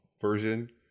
version